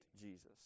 Jesus